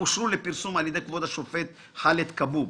- ואושרו לפרסום על ידי כבוד השופט חאלד כבוב.